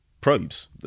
probes